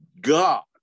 God